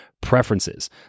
preferences